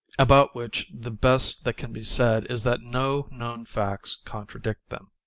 about which the best that can be said is that no known facts contradict them.